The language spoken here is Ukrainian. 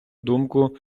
думку